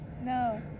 No